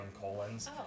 colons